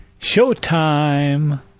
Showtime